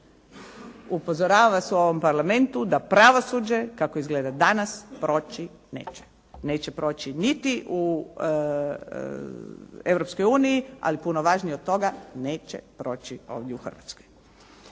Upozoravam vas u ovom Parlamentu da pravosuđe kako izgleda danas proći neće. Neće proći niti u Europskoj uniji, ali puno važnije od toga neće proći ovdje u Hrvatskoj.